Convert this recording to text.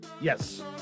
Yes